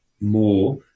more